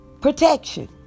Protection